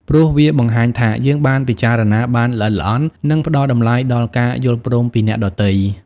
ព្រោះវាបង្ហាញថា យើងបានពិចារណាបានល្អិតល្អន់ និងផ្ដល់តម្លៃដល់ការយល់ព្រមពីអ្នកដទៃ។